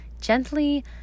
gently